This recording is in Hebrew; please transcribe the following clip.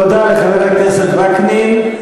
תודה לחבר הכנסת וקנין.